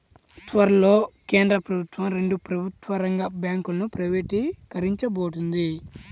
త్వరలో కేంద్ర ప్రభుత్వం రెండు ప్రభుత్వ రంగ బ్యాంకులను ప్రైవేటీకరించబోతోంది